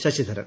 Sasidharan